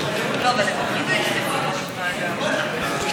של קבוצת סיעת הרשימה המשותפת אחרי סעיף 1 לא נתקבלה.